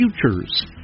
Futures